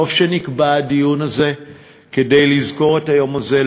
טוב שנקבע הדיון הזה כדי לזכור את היום הזה,